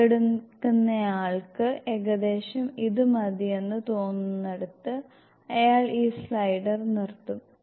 പങ്കെടുക്കുന്നയാൾക്ക് ഏകദേശം ഇത് മതിയെന്ന് തോന്നുന്നിടത്ത് അയാൾ ഈ സ്ലൈഡർ നിർത്തും